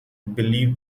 believe